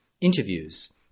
interviews